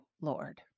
Lord